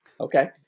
okay